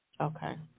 Okay